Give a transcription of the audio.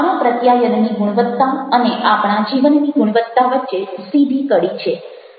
આપણા પ્રત્યાયનની ગુણવત્તા અને આપણા જીવનની ગુણવત્તા વચ્ચે સીધી કડી છે